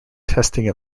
testing